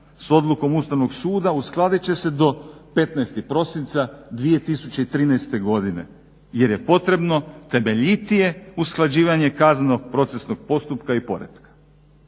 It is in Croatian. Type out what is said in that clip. s odlukom Ustavnog suda uskladit će se do 15.prosicna 2013.godine jer je potrebno temeljitije usklađivanje kaznenog procesnog postupka i poretka.